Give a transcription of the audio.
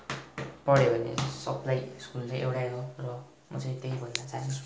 पढ्यो भने सबलाई स्कुल चाहिँ एउटै हो र म चाहिँ त्यही भन्न चहान्छु